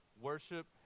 Worship